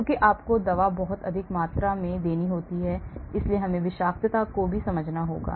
क्योंकि आपको दवा बहुत अधिक मात्रा में देनी होती है इसलिए हमें विषाक्तता को भी समझना होगा